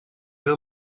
they